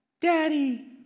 Daddy